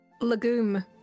Legume